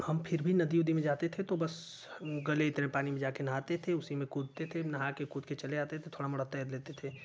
हम फिर भी नदी उदी में जाते थे तो बस गले इतने पानी में जा कर नहाते थे उसी कूदते थे नहा कर कूद कर चले आते थे थोड़ा मोड़ा तैर लेते थे